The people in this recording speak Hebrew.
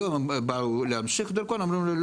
היום באו להמשיך דרכון ואמרו להם,